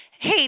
hey